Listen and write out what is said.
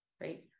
right